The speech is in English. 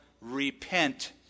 repent